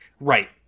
Right